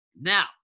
Now